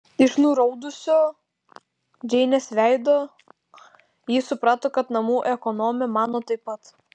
iš nuraudusio džeinės veido ji suprato kad namų ekonomė mano taip pat